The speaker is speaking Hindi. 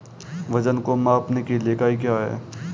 वजन को मापने के लिए इकाई क्या है?